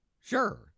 Sure